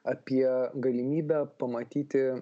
apie galimybę pamatyti